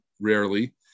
rarely